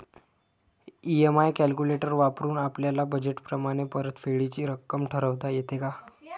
EMI calculator वापरून आपापल्या budget प्रमाणे परतफेडीची रक्कम ठरवता येते का?